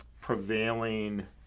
prevailing